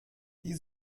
die